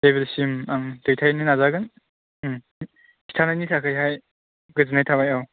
लेबेलसिम आं दैथाइनो नाजागोन खिन्थानायनि थाखायहाय गोजोन्नाय थाबाय औ